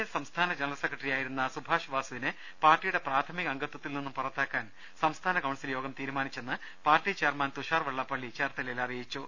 S സംസ്ഥാന general സെക്രട്ടറിയായിരുന്ന സുഭാഷ് വാസുവിനെ പാർട്ടിയുടെ പ്രാഥമികാംഗത്വത്തിൽ നിന്നും പുറത്താ ക്കാൻ സംസ്ഥാന കൌൺസിൽ യോഗം തീരുമാനിച്ചെന്ന് പാർട്ടി ചെയർമാൻ തുഷാർ വെള്ളാപ്പള്ളി ചേർത്തലയിൽ അറിയിച്ചു